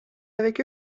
avec